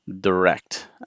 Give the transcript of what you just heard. direct